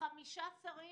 חמישה שרים